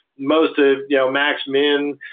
most of you know max-min.